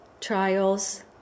trials